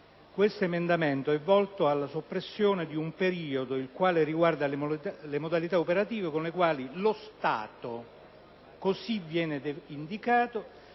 usi. L’emendamento evolto alla soppressione di un periodo il quale riguarda le modalita operative con le quali lo Stato, cosı` viene indicato,